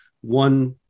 one